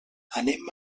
anem